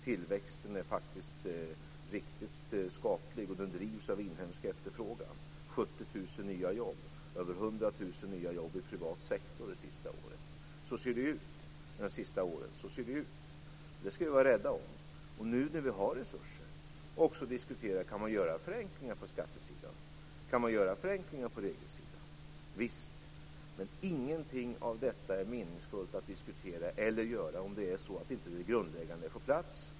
Tillväxten är riktigt skaplig, och den drivs av inhemsk efterfrågan. Det har skapats 70 000 nya jobb och över 100 000 nya jobb i privat sektor de senaste åren. Så ser det ut. Vi skall vara rädda om det. Men när vi nu har resurser kan vi diskutera om det går att göra förenklingar på skattesidan och på regelsidan. Visst! Men ingenting av detta är meningsfullt att diskutera eller göra om det grundläggande inte får plats.